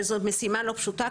וזו משימה לא פשוטה,